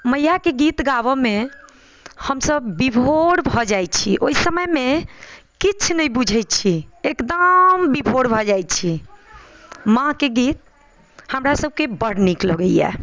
मैयाके गीत गाबऽमे हमसभ विभोर भऽ जाइ छी ओइ समयमे किछु नहि बुझै छी एकदम विभोर भऽ जाइ छी माँके गीत हमरा सभके बड़ नीक लागैए